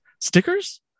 Stickers